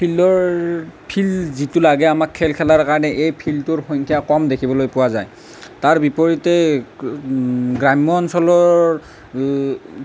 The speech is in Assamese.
ফিল্ডৰ ফিল্ড যিটো লাগে আমাক খেল খেলাৰ কাৰণে এই ফিল্ডটোৰ সংখ্যা ক'ম দেখিবলৈ পোৱা যায় তাৰ বিপৰীতে গ্ৰাম্য অঞ্চলৰ